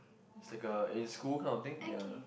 it's like a in school kind of thing ya